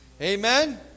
Amen